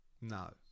No